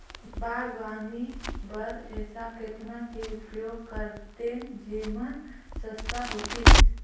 बागवानी बर ऐसा कतना के उपयोग करतेन जेमन सस्ता होतीस?